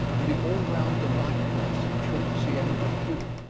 and the all-round delightfulness of chauncey m. depew?